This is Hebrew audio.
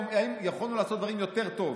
אם היינו יכולים לעשות דברים טוב יותר.